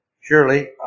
surely